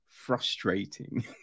Frustrating